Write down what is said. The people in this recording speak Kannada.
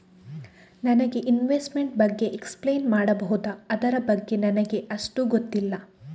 ನನಗೆ ಇನ್ವೆಸ್ಟ್ಮೆಂಟ್ ಬಗ್ಗೆ ಎಕ್ಸ್ಪ್ಲೈನ್ ಮಾಡಬಹುದು, ಅದರ ಬಗ್ಗೆ ನನಗೆ ಅಷ್ಟು ಗೊತ್ತಿಲ್ಲ?